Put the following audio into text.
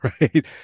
right